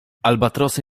albatrosy